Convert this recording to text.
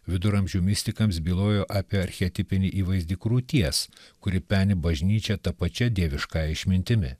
viduramžių mistikams bylojo apie archetipinį įvaizdį krūties kuri peni bažnyčią ta pačia dieviškąja išmintimi